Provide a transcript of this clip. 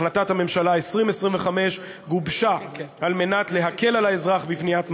החלטת הממשלה 2025 גובשה כדי להקל על האזרח בבניית ממ"ד.